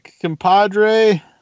compadre